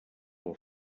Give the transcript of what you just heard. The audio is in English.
will